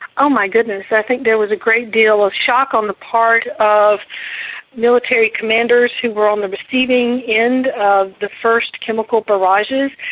oh my goodness, i think there was a great deal of shock on the part of military commanders who were on the receiving end of the first chemical barrages.